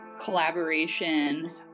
collaboration